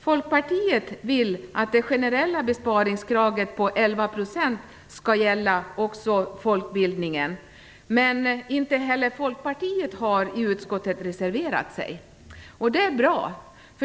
Folkpartiet vill att det generella besparingskravet på 11 % skall gälla också folkbildningen, men inte heller Folkpartiet har reserverat sig i utskottet. Det är bra.